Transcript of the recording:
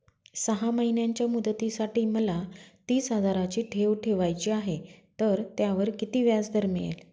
सहा महिन्यांच्या मुदतीसाठी मला तीस हजाराची ठेव ठेवायची आहे, तर त्यावर किती व्याजदर मिळेल?